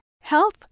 Health